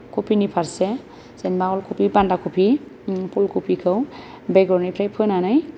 कफिनि फारसे जेनेबा अलकफि बान्दाकफि फुलकफिखौ बेगरनिफ्राय फोनानै